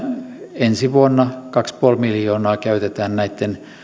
ensi vuonna kaksi pilkku viisi miljoonaa käytetään näitten